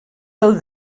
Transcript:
del